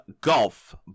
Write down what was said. Golf